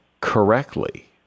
correctly